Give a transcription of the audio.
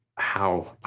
how?